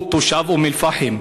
הוא תושב אום-אלפחם.